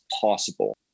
possible